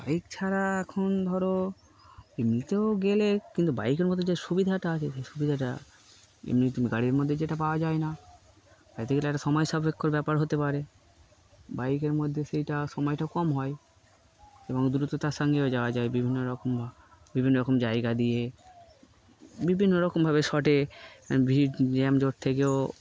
bike ছাড়া এখন ধরো এমনিতেও গেলে কিন্তু বাইকের মধ্যে যে সুবিধাটা আছে সেই সুবিধাটা এমনি তুম গাড়ির মধ্যে যেটা পাওয়া যায় না পড়তে গেলে একটা সময় সাপেক্ষর ব্যাপার হতে পারে বাইকের মধ্যে সেইটা সময়টা কম হয় এবং দ্রুততার সঙ্গেও যাওয়া যায় বিভিন্ন রকম বিভিন্ন রকম জায়গা দিয়ে বিভিন্ন রকমভাবে শটে ভিড় জ্যাম জোর থেকেও